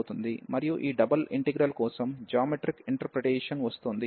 మరియు ఈ double integral కోసం జామెట్రికల్ ఇంటర్ప్రిటేషన్ వస్తోంది